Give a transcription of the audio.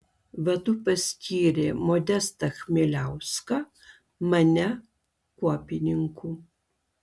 vadu paskyrė modestą chmieliauską mane kuopininku